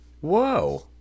Whoa